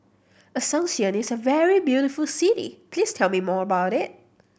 Asuncion is a very beautiful city please tell me more about it